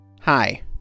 Hi